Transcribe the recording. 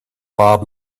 bob